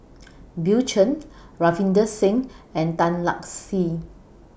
Bill Chen Ravinder Singh and Tan Lark Sye